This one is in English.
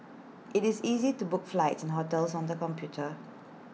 IT is easy to book flights and hotels on the computer